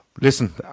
Listen